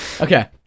Okay